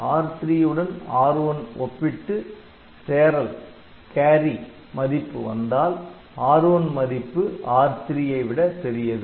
எனவே R3 உடன் R1 ஒப்பிட்டு சேறல் மதிப்பு வந்தால் R1 மதிப்பு R3 விட பெரியது